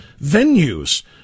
venues